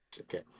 Okay